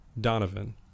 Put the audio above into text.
Donovan